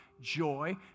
joy